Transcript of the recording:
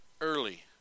early